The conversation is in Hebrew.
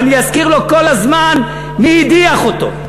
ואני אזכיר לו כל הזמן מי הדיח אותו.